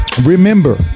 Remember